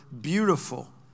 beautiful